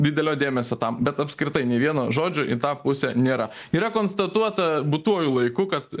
didelio dėmesio tam bet apskritai nei vieno žodžio į tą pusę nėra yra konstatuota būtuoju laiku kad